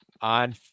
on